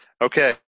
Okay